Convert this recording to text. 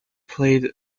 played